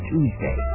Tuesday